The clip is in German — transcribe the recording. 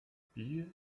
spiel